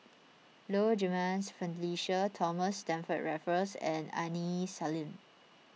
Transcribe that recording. Low Jimenez Felicia Thomas Stamford Raffles and Aini Salim